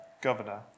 governor